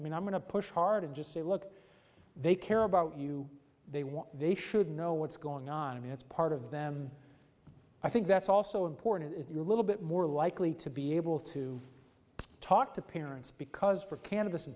i mean i'm going to push hard and just say look they care about you they want they should know what's going on and it's part of them i think that's also important as your little bit more likely to be able to talk to parents because for can